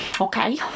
Okay